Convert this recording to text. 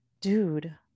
dude